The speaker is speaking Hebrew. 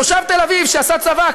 תושב תל-אביב שעשה צבא,